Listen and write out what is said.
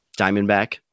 Diamondback